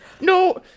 No